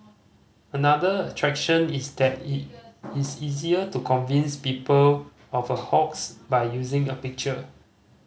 another attraction is that it is easier to convince people of a hoax by using a picture